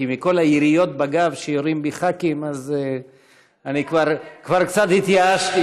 כי מכל היריות בגב שיורים בי ח"כים אני כבר קצת התייאשתי.